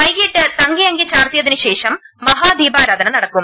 വൈകീട്ട് തങ്കയങ്കി ചാർത്തിയതിന് ശേഷം മഹാദീപാരാധന നടക്കും